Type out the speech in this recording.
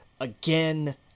again